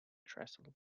trestle